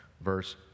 verse